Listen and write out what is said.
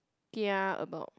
kia about